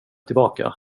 tillbaka